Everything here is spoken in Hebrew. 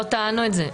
לא טענו את זה.